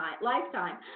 lifetime